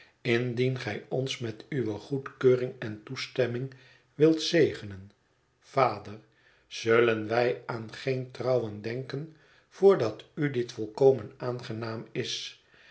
indien gij ons met uwe goedkeuring en toestemming wilt zegenen vader zullen wij aan geen trouwen denken voordat u dit volkomen aangenaam is